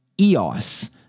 EOS